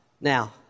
Now